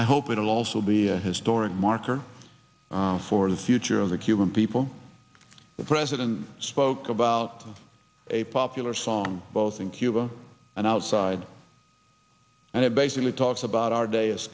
i hope it will also be a historic marker for the future of the cuban people the president spoke about a popular song both in cuba and outside and he basically talks about our day is